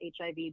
HIV